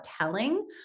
telling